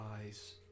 eyes